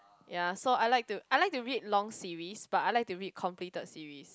ya so I like to I like to read long series but I like to read completed series